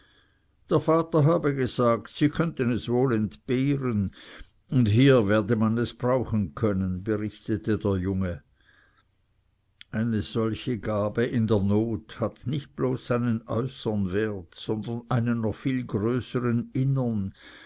der vater habe gesagt sie könnten es wohl entbehren und hier werde man es brauchen können berichtete der junge eine solche gabe in der not hat nicht bloß einen äußern wert sondern einen noch viel größern innern